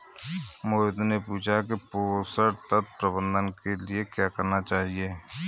मोहित ने पूछा कि पोषण तत्व प्रबंधन के लिए क्या करना चाहिए?